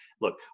look